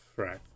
Right